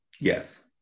Yes